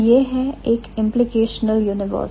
तो यह है एक implicational universal